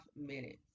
minutes